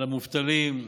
על המובטלים,